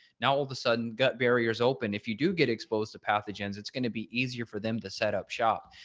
now all of a sudden gut barriers open. if you do get exposed to pathogens, it's going to be easier for them to set up shop.